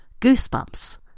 goosebumps